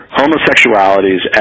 homosexualities